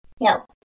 No